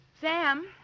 Sam